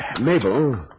Mabel